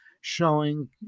showing